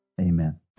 amen